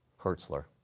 Hertzler